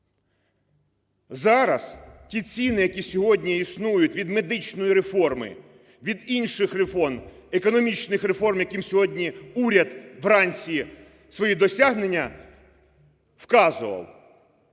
Зараз ті ціни, які сьогодні існують від медичної реформи, від інших реформ, економічних реформ, якими сьогодні уряд вранці свої досягнення вказував,